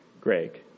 Greg